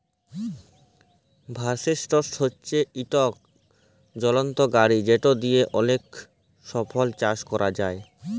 harvester হছে ইকট যলত্র গাড়ি যেট দিঁয়ে অলেক ফসল চাষ ক্যরা যায়